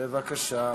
בבקשה.